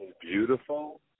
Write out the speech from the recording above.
beautiful